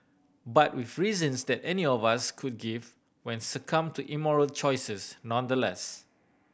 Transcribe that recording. but with reasons that any of us could give when succumb to immoral choices nonetheless